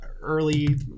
early